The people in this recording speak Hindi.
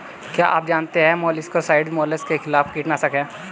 क्या आप जानते है मोलस्किसाइड्स मोलस्क के खिलाफ कीटनाशक हैं?